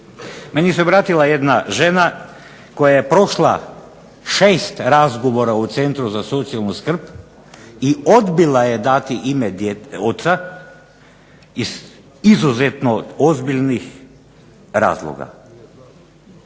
Meni se obratila jedna žena koja je prošla šest razgovora u Centru za socijalnu skrb i odbila je dati ime oca iz izuzetno ozbiljnih razloga.